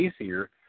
easier